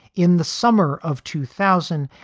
in the summer of two thousand,